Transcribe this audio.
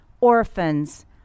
orphans